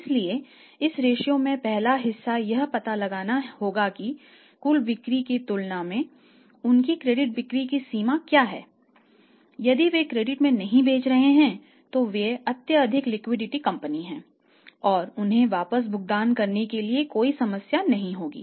इसलिए इस ratio company हैं और उन्हें वापस भुगतान करने के लिए कोई समस्या नहीं होगी